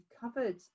covered